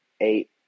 eight